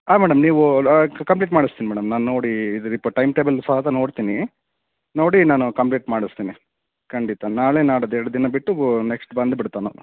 ಹಾಂ ಮೇಡಮ್ ನೀವು ಕಂಪ್ಲೀಟ್ ಮಾಡಿಸ್ತೀನ್ ಮೇಡಮ್ ನಾನು ನೋಡಿ ಇದು ರಿಪ ಟೈಮ್ಟೇಬಲ್ ಸಹ ಅದು ನೋಡ್ತೀನಿ ನೋಡಿ ನಾನು ಕಂಪ್ಲೀಟ್ ಮಾಡಿಸ್ತೀನಿ ಖಂಡಿತ ನಾಳೆ ನಾಡಿದ್ ಎರಡು ದಿನ ಬಿಟ್ಟು ನೆಕ್ಸ್ಟ್ ಬಂದ್ಬಿಡ್ತಾನೆ ಅವನು